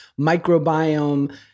microbiome